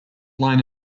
line